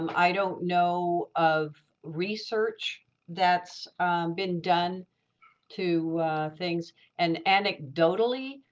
um i don't know of research that's been done to things and anecdotally,